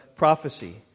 prophecy